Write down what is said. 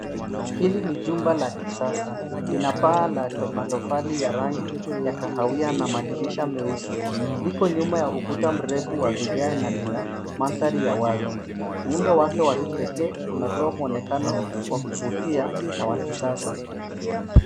Hili ni jumba la kisasa. Lina paa la matofali ya rangi ya kahawia na madirisha meusi. Liko nyuma ya ukuta mrefu wa vigae na lina mandhari ya wazi. Muundo wake wa kipekee unatoa mwonekano wa kuvutia na wa kisasa.